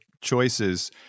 choices